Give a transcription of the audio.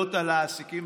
הקלות לעסקים.